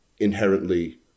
inherently